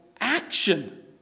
action